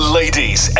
ladies